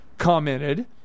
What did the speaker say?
Commented